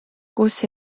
kus